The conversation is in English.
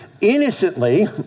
innocently